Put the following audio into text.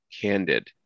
Candid